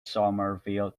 somerville